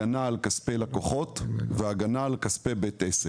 הגנה על כספי לקוחות, והגנה על כספי בית עסק.